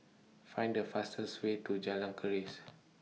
Find The fastest Way to Jalan Keris